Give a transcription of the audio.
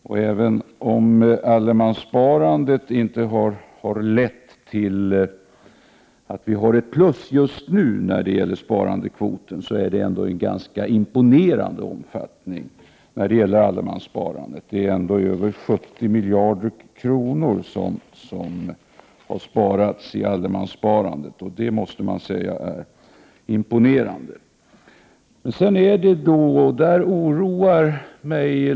Och även om allemanssparandet inte har lett till att vi har ett plus just nu när det gäller sparandekvoten, så har allemanssparandet en imponerande omfattning. Det är ändå över 70 miljarder kronor som har sparats i allemanssparandet, och det måste alltså sägas vara imponerande.